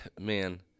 Man